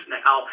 now